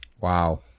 Wow